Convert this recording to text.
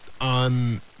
on